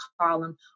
column